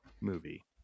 movie